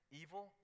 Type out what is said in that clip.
evil